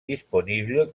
disponible